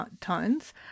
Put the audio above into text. tones